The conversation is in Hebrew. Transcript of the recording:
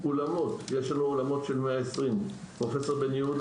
אולמות יש לנו אולמות של 120. פרופ' בן יהודה